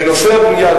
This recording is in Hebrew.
בנושא הבנייה,